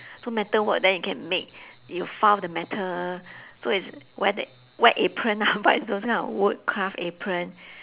so metal work then you can make you found the metal so is wear tha~ wear apron lah but is those kind of wood craft apron